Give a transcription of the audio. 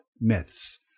myths